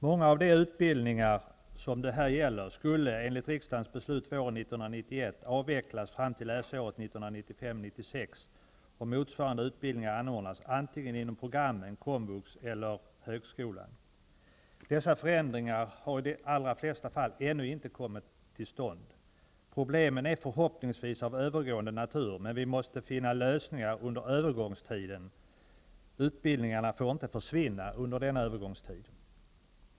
Många av de utbildningar som detta gäller skulle enligt riksdagens beslut våren 1991 avvecklas fram till läsåret 1995/96 och motsvarande utbildningar anordnas antingen inom programmen, komvux eller högskolan. Dessa förändringar har i de allra flesta fall ännu inte kommit till stånd. Problemen är förhoppningsvis av övergående natur, men vi måste finna lösningar under övergångstiden. Utbildningarna får inte försvinna under denna övergångstid.